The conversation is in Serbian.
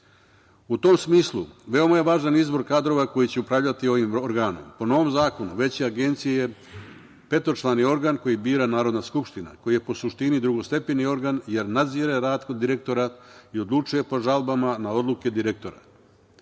tom smislu je veoma važan izbor kadrova koji će upravljati ovim organom. Po novom zakonu Veće Agencije je petočlani organ koji bira Narodna skupština, koji je po suštini drugostepeni organ, jer nadzire rad direktora i odlučuje po žalbama na odluke direktora.